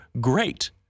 great